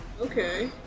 Okay